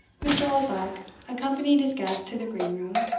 mr. oldbuck accompanied his guest to the green room,